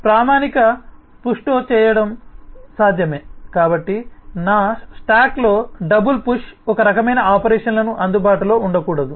ప్రామాణిక పుష్తో చేయటం సాధ్యమే కాబట్టి నా స్టాక్లో డబుల్ పుష్ రకమైన ఆపరేషన్లు అందుబాటులో ఉండకూడదు